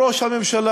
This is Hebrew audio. לא ראש הממשלה,